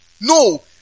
No